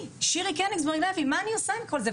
אני שואלת את עצמי: מה אני עושה עם כל זה?